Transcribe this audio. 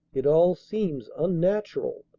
it all seems unnatural,